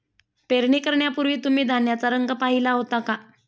पेरणी करण्यापूर्वी तुम्ही धान्याचा रंग पाहीला होता का?